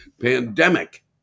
pandemic